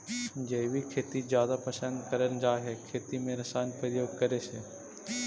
जैविक खेती जादा पसंद करल जा हे खेती में रसायन उपयोग करे से